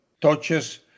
touches